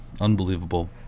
Unbelievable